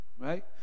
right